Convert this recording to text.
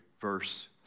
verse